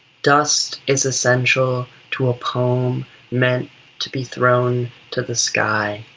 dust is essential to a poem meant to be thrown to the sky.